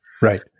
Right